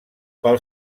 pel